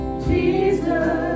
jesus